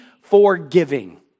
forgiving